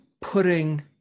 putting